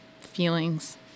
feelings